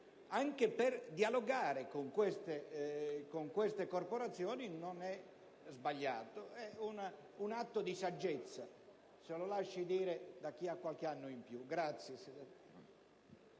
anche per dialogare con queste corporazioni, non sia sbagliata: è un atto di saggezza, se lo lasci dire da chi ha qualche anno in più.